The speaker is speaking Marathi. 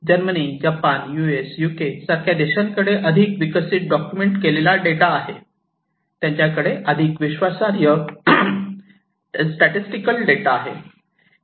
जर्मनी जपान यूएस यूके सारख्या देशात त्यांच्याकडे अधिक विकसित डॉक्युमेंट केलेला डेटा आहे त्यांच्याकडे अधिक विश्वासार्ह स्टेटसटिकल डेटा आहे